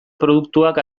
produktuak